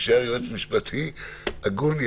תישאר יועץ משפטי הגון,